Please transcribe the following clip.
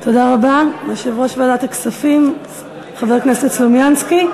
תודה רבה ליושב-ראש ועדת הכספים חבר הכנסת סלומינסקי.